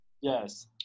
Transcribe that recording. Yes